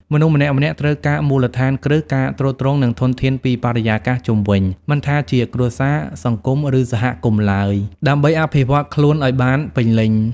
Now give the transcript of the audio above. មនុស្សម្នាក់ៗត្រូវការមូលដ្ឋានគ្រឹះ ការទ្រទ្រង់ និងធនធានពីបរិយាកាសជុំវិញ មិនថាជាគ្រួសារ សង្គម ឬសហគមន៍ឡើយ ដើម្បីអភិវឌ្ឍន៍ខ្លួនឲ្យបានពេញលេញ។